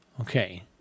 Okay